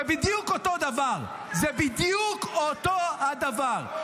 זה בדיוק אותו הדבר, זה בדיוק אותו הדבר.